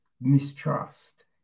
mistrust